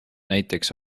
näiteks